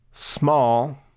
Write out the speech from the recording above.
small